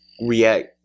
React